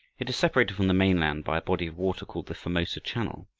it is separated from the mainland by a body of water called the formosa channel.